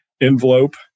envelope